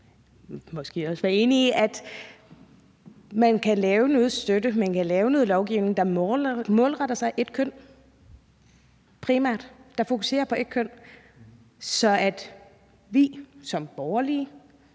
måske så også være enig i, at man kan lave noget støtte, og at man kan lave noget lovgivning, som primært er målrettet ét køn, og som fokuserer på ét køn, og at vi som borgerlige,